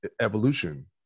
evolution